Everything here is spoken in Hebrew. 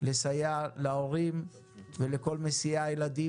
פגיעה בילדים